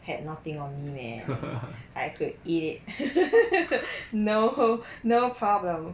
had nothing on me man I could eat it now no problem